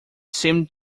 seemed